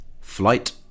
Flight